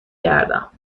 کردم